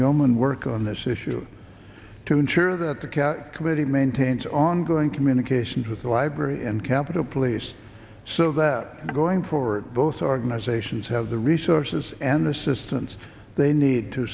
yeoman work on this issue to ensure that the cat committee maintains ongoing communications with the library and capitol police so that going forward both organizations have the resources and assistance they need to